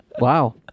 Wow